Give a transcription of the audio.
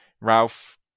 Ralph